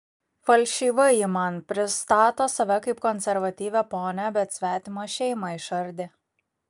falšyva ji man pristato save kaip konservatyvią ponią bet svetimą šeimą išardė